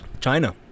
China